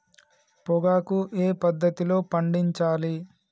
పొగాకు ఏ పద్ధతిలో పండించాలి?